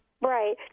Right